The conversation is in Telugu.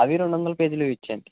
అవీ రెండు వందల పేజీలవి ఇచ్చేయండి